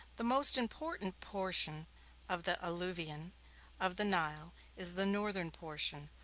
the most important portion of the alluvion of the nile is the northern portion,